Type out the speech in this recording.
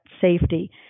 safety